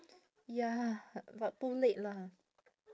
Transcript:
ya but too late lah